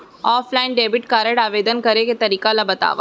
Offline debit card आवेदन करे के तरीका ल बतावव?